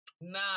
nah